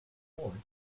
courts